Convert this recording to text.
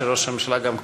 שראש הממשלה גם קרא,